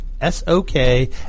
S-O-K